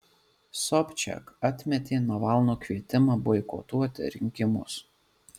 sobčiak atmetė navalno kvietimą boikotuoti rinkimus